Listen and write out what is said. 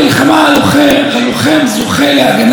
פה מגיעה מילה טובה להסתדרות,